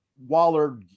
Waller